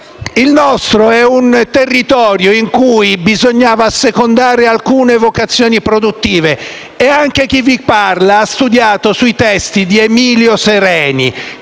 Il nostro è un territorio in cui bisognava assecondare alcune vocazioni produttive. Anche chi vi parla ha studiato sui testi di Emilio Sereni,